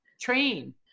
train